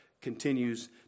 continues